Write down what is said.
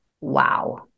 Wow